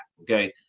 okay